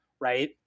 right